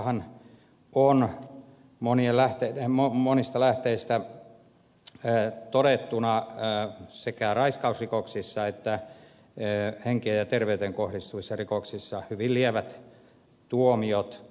suomessahan on monista lähteistä todettuna sekä raiskausrikoksissa että henkeen ja terveyteen kohdistuvissa rikoksissa hyvin lievät tuomiot